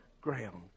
ground